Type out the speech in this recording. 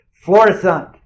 Fluorescent